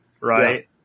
right